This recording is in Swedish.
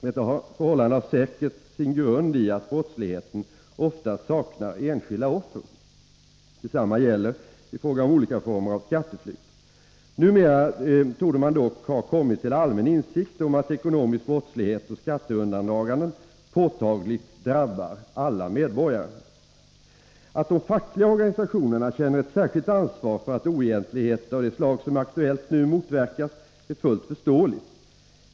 Detta förhållande har säkerligen sin grund i att brottsligheten oftast saknar enskilda offer. Detsamma gäller i fråga om olika former av skatteflykt. Numera torde man dock ha kommit till allmän insikt om att ekonomisk brottslighet och skatteundandraganden påtagligt drabbar alla medborgare. Att de fackliga organisationerna känner ett särskilt ansvar för att oegentlighet av det slag som är aktuellt nu motverkas är fullt förståeligt.